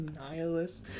nihilist